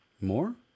more